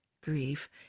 grief